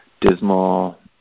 dismal